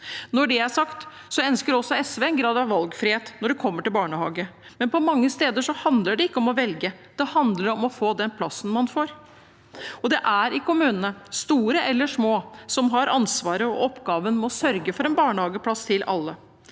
Når det er sagt, ønsker også SV en grad av valgfrihet når det gjelder barnehage, men på mange steder handler det ikke om å velge, det handler om å få den plassen man får. Det er kommunene, store eller små, som har ansvaret for og oppgaven med å sørge for en barnehageplass til alle.